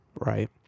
right